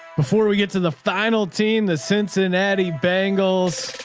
before we get to the final team, the cincinnati bangles